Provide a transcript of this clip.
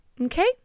Okay